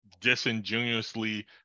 disingenuously